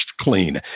clean